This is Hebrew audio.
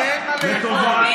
אביר,